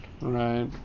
right